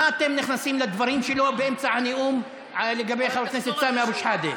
מה אתם נכנסים לדברים שלו באמצע הנאום לגבי חבר הכנסת סמי אבו שחאדה?